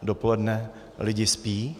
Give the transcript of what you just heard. Dopoledne lidi spí.